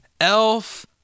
Elf